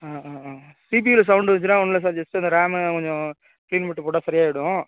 ஆ ஆ ஆ சிபியுவில சவுண்டு வந்துச்சுன்னா ஒன்றும் இல்லை சார் ஜஸ்ட்டு அந்த ரேமு கொஞ்சம் டீம் நெட்டு போட்டா சரியாயிடும்